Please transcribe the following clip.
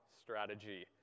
strategy